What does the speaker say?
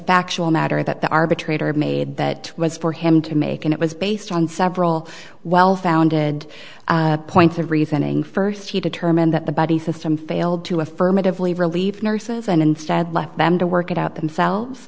factual matter that the arbitrator made that was for him to make and it was based on several well founded points the reasoning first he determined that the buddy system failed to affirmatively relieve nurses and instead left them to work it out themselves